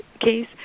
case